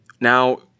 now